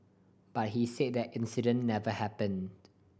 but he say that incident never happen